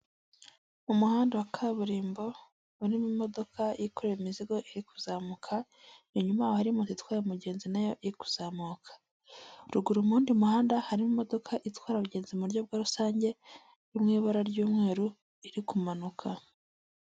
Umuhanda wa kaburimbo urimo imodoka yikorera imizigo iri kuzamuka inyuma hari moto itwaye umugenzi nayo iri kuzamuka, ruguru mu wundi muhanda harimo imodoka itwara abagenzi mu buryo bwa rusange iri mu ibara ry'umweru iri kumanuka.